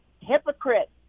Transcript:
Hypocrite